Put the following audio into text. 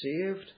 saved